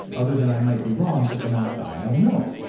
other than i might be wrong, but then i'll die and i will know it.